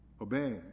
Obey